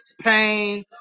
pain